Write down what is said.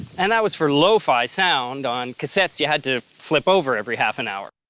and that was for lo-fi sound on cassettes you had to flip over every half an hour!